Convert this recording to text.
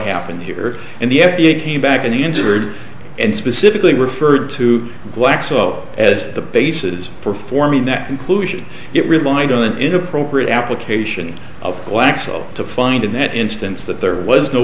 happened here and the f d a came back and he answered and specifically referred to glaxo as the basis for forming that conclusion it relied on an inappropriate application of glaxo to find in that instance that there was no